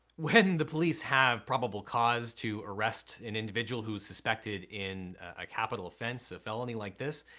when the police have probable cause to arrest an individual who is suspected in a capital offense, a felony like this,